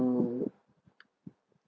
mm